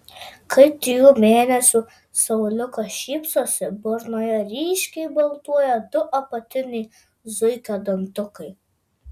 kai trijų mėnesių sauliukas šypsosi burnoje ryškiai baltuoja du apatiniai zuikio dantukai